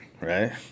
right